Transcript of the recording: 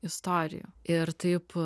istorijų ir taip